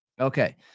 Okay